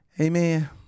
Amen